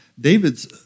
David's